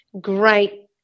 great